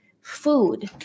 food